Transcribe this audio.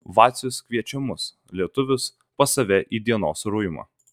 vacius kviečia mus lietuvius pas save į dienos ruimą